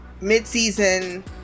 mid-season